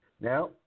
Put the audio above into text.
Now